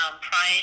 Pride